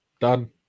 Done